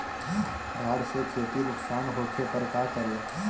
बाढ़ से खेती नुकसान होखे पर का करे?